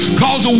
cause